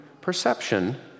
perception